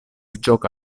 gioca